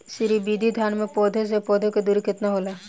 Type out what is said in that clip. श्री विधि धान में पौधे से पौधे के दुरी केतना होला?